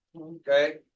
okay